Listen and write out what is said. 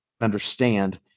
understand